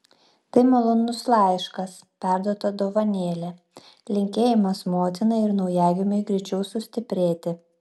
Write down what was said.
tai malonus laiškas perduota dovanėlė linkėjimas motinai ir naujagimiui greičiau sustiprėti